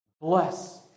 bless